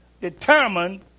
determined